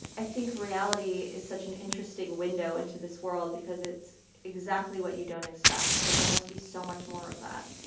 i think reality is such an interesting window into this world because it's exactly what you don't expect, but there must be so much more of that.